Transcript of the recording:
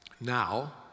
Now